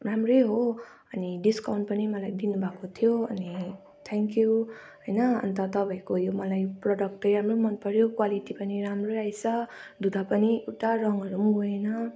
राम्रै हो अनि डिस्काउन्ट पनि मलाई दिनुभएको थियो अनि थ्याङ्क यू होइन अन्त तपाईँको यो मलाई प्रडक्ट चाहिँ राम्रो मन पर्यो क्वालिटी पनि राम्रो रहेछ धुँदा पनि एउटा रङहरू पनि गएन